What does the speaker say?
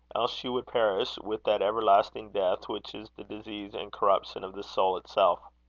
else she would perish with that everlasting death which is the disease and corruption of the soul itself.